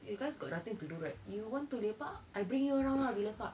you guys got nothing to do right you want to lepak I bring you around lah we lepak